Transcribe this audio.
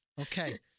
Okay